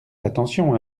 attention